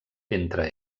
entre